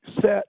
set